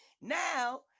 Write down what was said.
now